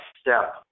step